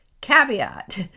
Caveat